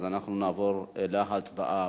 אז אנחנו נעבור להצבעה.